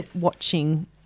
watching